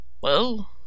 Well